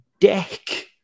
Deck